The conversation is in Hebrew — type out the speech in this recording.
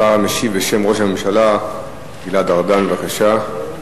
השר המשיב, בשם ראש הממשלה, גלעד ארדן, בבקשה.